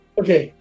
okay